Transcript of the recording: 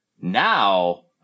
Now